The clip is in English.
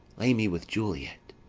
lay me with juliet.